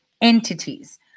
entities